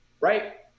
right